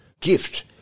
gift